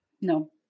No